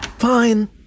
Fine